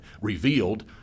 revealed